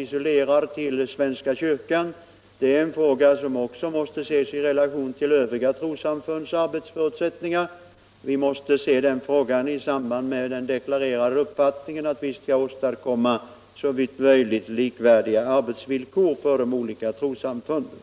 isolerad till svenska kyrkan, utan den måste ses i relation till övriga trossamfunds arbetsförutsättningar. Vi måste se den frågan i samband med vår deklarerade uppfattning, att vi skall åstadkomma såvitt möjligt likvärdiga arbetsvillkor för de olika trossamfunden.